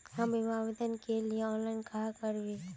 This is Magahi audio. हम बीमा आवेदान के लिए ऑनलाइन कहाँ करबे?